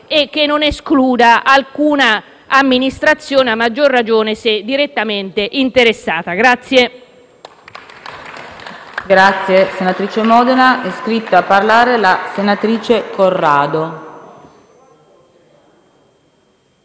e non deve escludere alcuna amministrazione, a maggior ragione se direttamente interessata.